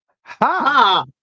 Ha